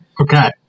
Okay